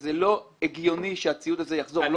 שזה לא הגיוני שהציוד הזה יחזור.